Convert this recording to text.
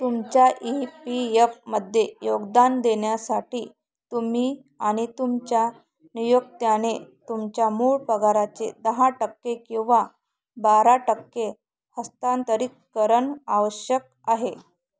तुमच्या E P यफमध्ये योगदान देण्यासाठी तुम्ही आणि तुमच्या नियोक्त्याने तुमच्या मूळ पगाराचे दहा टक्के किंवा बारा टक्के हस्तांतरित करणं आवश्यक आहे